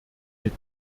mit